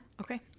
Okay